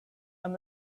and